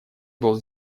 был